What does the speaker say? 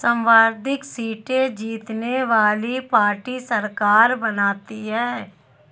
सर्वाधिक सीटें जीतने वाली पार्टी सरकार बनाती है